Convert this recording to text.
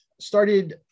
started